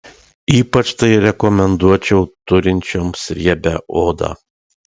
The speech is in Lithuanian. ypač tai rekomenduočiau turinčioms riebią odą